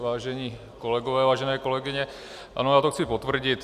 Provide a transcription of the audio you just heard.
Vážení kolegové, vážené kolegyně, ano, já to chci potvrdit.